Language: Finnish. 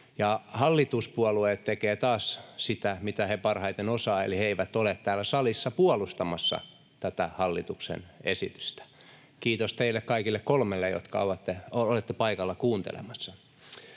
hallituspuolueet tekevät taas sitä, mitä he parhaiten osaavat, eli he eivät ole täällä salissa puolustamassa tätä hallituksen esitystä. Kiitos teille kaikille kolmelle, jotka olette paikalla kuuntelemassa.